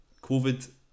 Covid